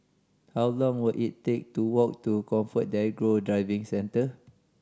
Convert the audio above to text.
how long will it take to walk to ComfortDelGro Driving Centre